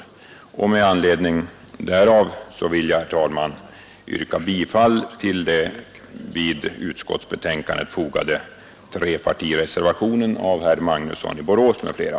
Herr talman! Med anledning av det anförda vill jag yrka bifall till den vid utskottsbetänkandet fogade trepartireservationen av herr Magnusson i Borås m.fl.